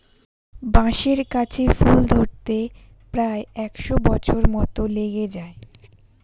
বাঁশের গাছে ফুল ধরতে প্রায় একশ বছর মত লেগে যায়